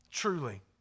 Truly